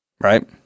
Right